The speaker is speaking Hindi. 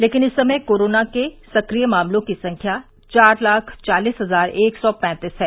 लेकिन इस समय कोरोना के सक्रिय मामलों की संख्या चार लाख चालीस हजार एक सौ पैंतीस है